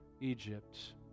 Egypt